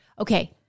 Okay